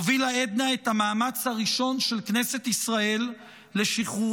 הובילה עדנה את המאמץ הראשון של כנסת ישראל לשחרורו